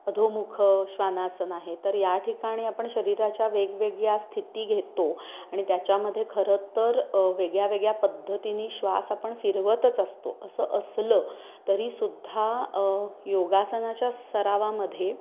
अधोमुख श्वानासन आहे तर या ठिकाणी आपण शरीराच्या वेगवेगळ्या स्थिती घेतो आणि त्याच्यामध्ये खरंतर वेगळ्या वेगळ्या पद्धतींनी श्वास आपण फिरवतच असतो असं असलं तरीसुद्धा योगासनाच्या सरावामध्ये